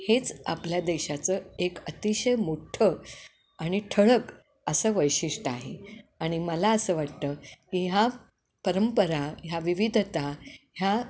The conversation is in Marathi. हेच आपल्या देशाचं एक अतिशय मोठ्ठं आणि ठळक असं वैशिष्ट आहे आणि मला असं वाटतं की ह्या परंपरा ह्या विविधता ह्या